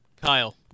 Kyle